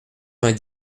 vingt